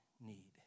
need